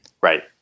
Right